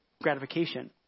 gratification